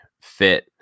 fit